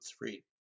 three